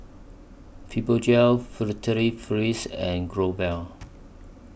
Fibogel Furtere Paris and Growell